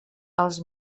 els